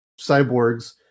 cyborgs